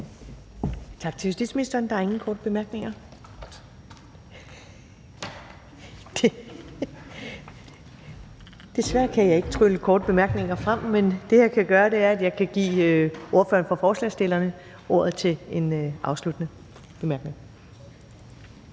Tak til justitsministeren. Der er ingen korte bemærkninger. Desværre kan jeg ikke trylle korte bemærkninger frem, men jeg kan give ordet til ordføreren for forespørgerne til en afsluttende bemærkning.